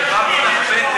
העברתי לך פתק.